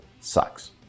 sucks